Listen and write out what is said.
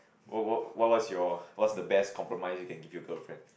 what what what's your what's the best compromise you can give your girlfriend